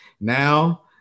Now